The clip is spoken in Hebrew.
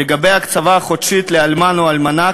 לגבי ההקצבה החודשית לאלמן או אלמנה,